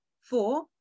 Four